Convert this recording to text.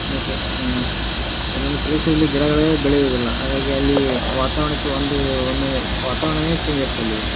ಅದಕ್ಕೆ ಒಂದೊಂದು ಪ್ರದೇಶದಲ್ಲಿ ಗಿಡಗಳೇ ಬೆಳೆಯುವುದಿಲ್ಲ ಹಾಗಾಗಿ ಅಲ್ಲಿ ವಾತಾವರಣಕ್ಕೆ ಒಂದು ಒಂದು ವಾತಾವರಣನೇ ಚೇಂಜ್ ಇರ್ತದೆ